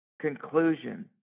conclusion